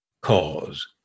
cause